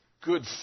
good